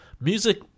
music